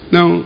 Now